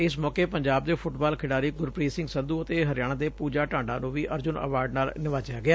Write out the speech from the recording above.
ਇਸ ਮੌਕੇ ਪੰਜਾਬ ਦੇ ਫੁੱਟਬਾਲ ਖਿਡਾਰੀ ਗੂਰਪੂੀਤ ਸਿੰਘ ਸੰਧੂ ਅਤੇ ਹਰਿਆਣਾ ਦੇ ਪੁਜਾ ਢਾਂਡਾ ਨੂੰ ਵੀ ਅਰੁਜਨ ਅਵਾਰਡ ਨਾਲ ਨਿਵਾਜਿਆ ਗਿਆ